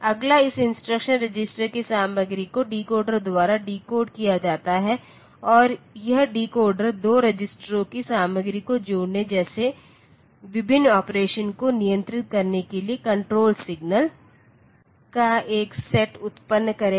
अगला इस instruction register की सामग्री को डिकोडर द्वारा डिकोड किया जाता है और यह डिकोडर दो रजिस्टरों की सामग्री को जोड़ने जैसे विभिन्न ऑपरेशनों को नियंत्रित करने के लिए कण्ट्रोल सिग्नल का एक सेट उत्पन्न करेगा